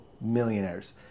millionaires